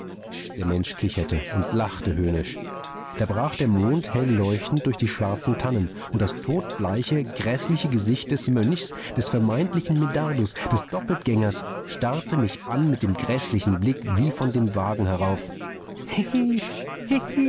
der mensch kicherte und lachte höhnisch da brach der mond helleuchtend durch die schwarzen tannen und das totenbleiche gräßliche gesicht des mönchs des vermeintlichen medardus des doppeltgängers starrte mich an mit dem gräßlichen blick wie von dem wagen herauf